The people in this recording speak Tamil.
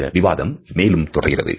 இந்த விவாதம் மேலும் தொடர்கிறது